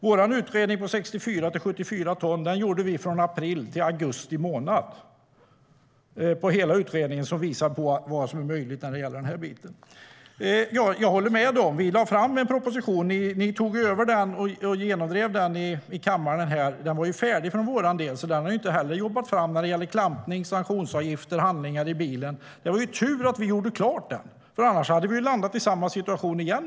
Vår utredning om 64 till 74 ton gjorde vi från april till augusti månad - hela utredningen, som visar vad som är möjligt när det gäller den biten. Vi lade fram en proposition, och ni tog över och genomdrev den här i kammaren. Den var ju färdig från vår sida, så den har ni inte heller jobbat fram. Det gäller klampning, sanktionsavgifter och handlingar i bilen. Det var ju tur att vi gjorde färdigt den, för annars hade vi hamnat i samma situation igen.